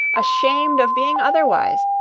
ashamed of being otherwise.